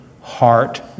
heart